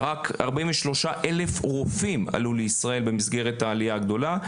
רק ארבעים ושלושה אלף רופאים עלו לישראל במסגרת העלייה הגדולה.